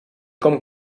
com